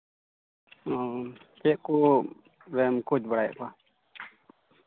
ᱚ ᱪᱮᱫ ᱠᱚ ᱵᱚᱞᱮᱢ ᱠᱳᱪ ᱵᱟᱲᱟᱭᱮᱫ ᱠᱚᱣᱟ